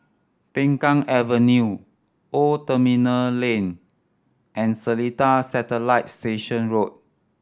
Peng Kang Avenue Old Terminal Lane and Seletar Satellite Station Road